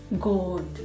god